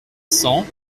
cents